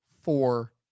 four